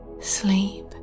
Sleep